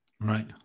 Right